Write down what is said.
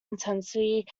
intensity